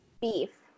Beef